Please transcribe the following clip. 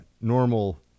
normal